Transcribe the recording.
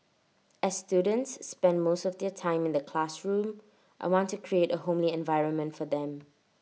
as students spend most of their time in the classroom I want to create A homely environment for them